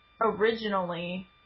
originally